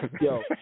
Yo